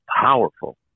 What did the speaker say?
powerful